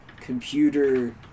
computer